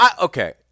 okay